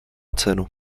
cenu